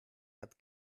hat